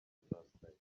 birthday